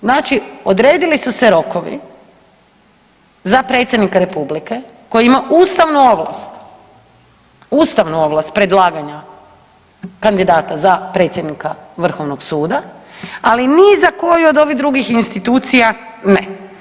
Znači odredili su se rokovi za predsjednika republike koji ima ustavnu ovlast, ustavnu ovlast predlaganja za predsjednika Vrhovnog suda, ali ni za koji od ovih drugih institucija ne.